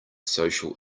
social